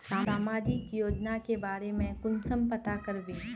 सामाजिक योजना के बारे में कुंसम पता करबे?